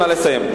צרצור, נא לסיים.